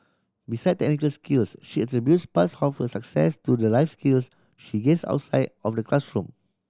beside technical skills she attributes parts half of her success to the life skills she gains outside of the classroom